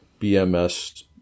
BMS